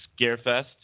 Scarefest